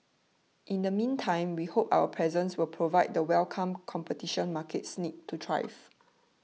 in the meantime we hope our presence will provide the welcome competition markets need to thrive